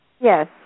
Yes